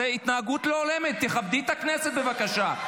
זו התנהגות לא הולמת, תכבדי את הכנסת, בבקשה.